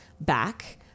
back